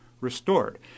restored